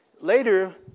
later